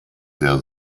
sehr